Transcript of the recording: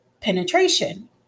penetration